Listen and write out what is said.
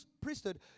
priesthood